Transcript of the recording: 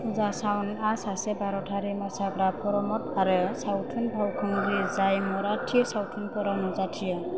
पुजा सावन्तआ सासे भारतारि मोसाग्रा पारफ'रमार आरो सावथुन फावखुंग्रि जाय मराथि सावथुनफोराव नुजाथियो